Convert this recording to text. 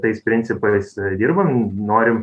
tais principais dirbam norim